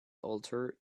alter